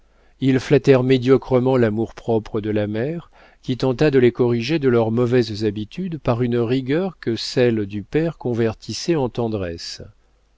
ils flattèrent médiocrement l'amour-propre de la mère qui tenta de les corriger de leurs mauvaises habitudes par une rigueur que celle du père convertissait en tendresse